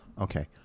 Okay